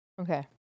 okay